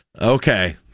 Okay